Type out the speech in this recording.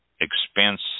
expense